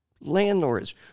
landlords